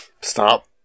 Stop